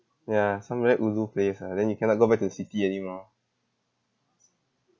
ya some very ulu place ah then you cannot go back to the city anymore